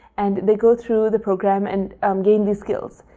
and they go through the program and um gain these skills.